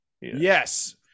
yes